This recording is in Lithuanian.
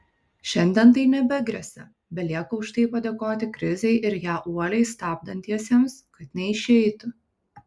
šiandien tai nebegresia belieka už tai padėkoti krizei ir ją uoliai stabdantiesiems kad neišeitų